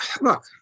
look